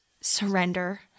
surrender